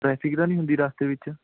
traffic ਤਾਂ ਨਹੀਂ ਹੁੰਦੀ ਰਸਤੇ ਵਿੱਚ